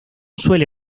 suele